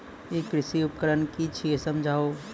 ई कृषि उपकरण कि छियै समझाऊ?